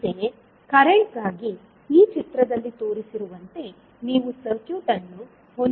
ಅಂತೆಯೇ ಕರೆಂಟ್ ಗಾಗಿ ಈ ಚಿತ್ರದಲ್ಲಿ ತೋರಿಸಿರುವಂತೆ ನೀವು ಸರ್ಕ್ಯೂಟ್ ಅನ್ನು ಹೊಂದಿರುತ್ತೀರಿ